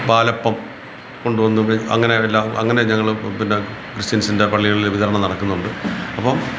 പാലപ്പം കൊണ്ടുവന്ന് അങ്ങനെ എല്ലാം അങ്ങനെ ഞങ്ങൾ പിന്നെ ക്രിസ്ത്യൻസിന്റെ പള്ളികളിൽ വിതരണം നടക്കുന്നുണ്ട് അപ്പം